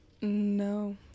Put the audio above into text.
No